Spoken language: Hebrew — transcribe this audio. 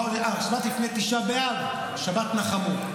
שבת לפני תשעה באב, שבת נחמו.